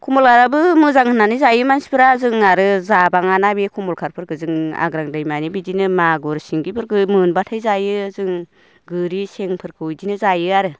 कमलआबो मोजां होननानै जायो मानसिफ्रा जों आरो जाबाङाना बे कमल काटफोरखो जों आग्रां दैमानि बिदिनो मागुर सिंगिफोरखौ मोनबाथाय जायो जों गोरि सेंफोरखौ बिदिनो जायो आरो